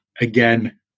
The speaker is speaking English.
Again